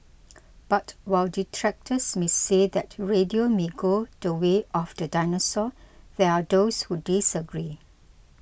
but while detractors may say that radio may go the way of the dinosaur there are those who disagree